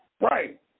Right